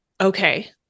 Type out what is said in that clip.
okay